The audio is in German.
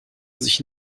sich